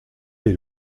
les